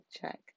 check